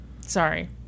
Sorry